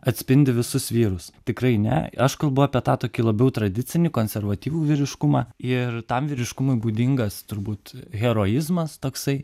atspindi visus vyrus tikrai ne aš kalbu apie tą tokį labiau tradicinį konservatyvų vyriškumą ir tam vyriškumui būdingas turbūt heroizmas toksai